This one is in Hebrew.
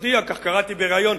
כך ראיתי בריאיון,